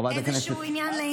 חברת הכנסת.